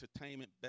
entertainment